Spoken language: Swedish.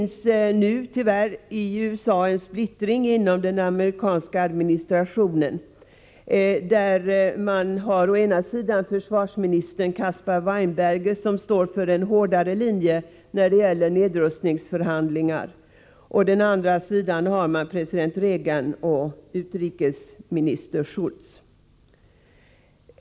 Nu råder tyvärr splittring inom den amerikanska administrationen med på den ena sidan försvarsminister Caspar Weinberger, som står för en hårdare linje när det gäller nedrustningsförhandlingar, och på den andra president Reagan och utrikesminister Shultz.